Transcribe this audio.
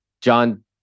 John